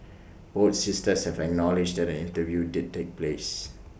both sisters have acknowledged that an interview did take place